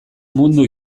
mundu